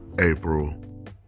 April